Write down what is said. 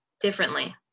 differently